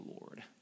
Lord